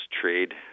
trade